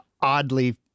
oddly